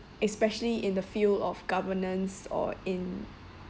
especially in the field of governance or in